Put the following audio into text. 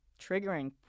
triggering